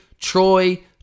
Troy